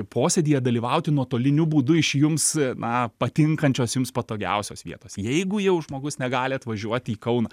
posėdyje dalyvauti nuotoliniu būdu iš jums na patinkančios jums patogiausios vietos jeigu jau žmogus negali atvažiuoti į kauną